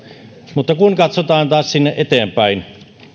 mutta kun katsotaan taas eteenpäin